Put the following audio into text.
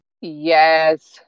Yes